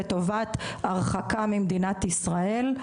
לטובת הרחקה ממדינת ישראל.